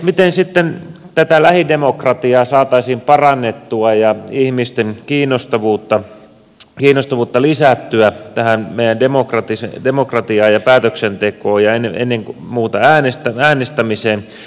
miten sitten tätä lähidemokratiaa saataisiin parannettua ja ihmisten kiinnostusta lisättyä tähän meidän demokratiaan ja päätöksentekoon ja ennen muuta äänestämiseen